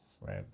right